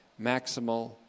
maximal